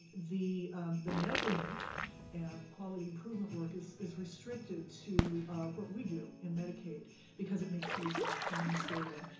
the the measurement and quality improvement work is is restricted to what we do in medicaid because it makes use of our claims data.